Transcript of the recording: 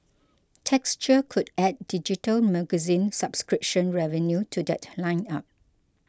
texture could add digital magazine subscription revenue to that lineup